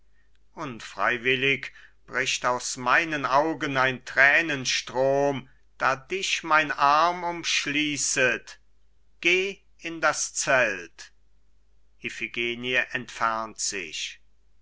unfreiwillig bricht aus meinen augen ein thränenstrom da dich mein arm umschließet geh in das zelt iphigenie entfernt sich